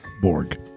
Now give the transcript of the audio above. Borg